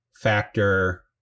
factor